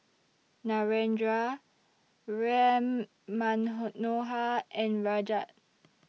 Narendra Ram and Rajat